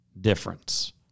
difference